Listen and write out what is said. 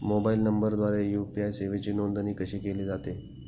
Mobile नंबरद्वारे UPI सेवेची नोंदणी कशी केली जाते?